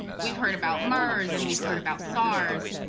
we've heard about mers and we've heard about sars.